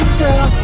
girl